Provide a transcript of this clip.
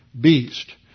beast